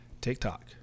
TikTok